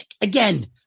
Again